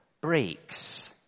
breaks